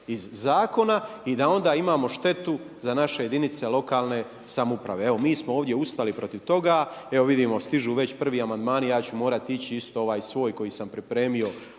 iz zakona i da onda imamo štetu za naše jedinica lokalne samouprave. Evo mi smo ovdje ustali protiv toga, evo vidimo stižu već prvi amandmani, ja ću morati ići isto ovaj svoj koji sam pripremio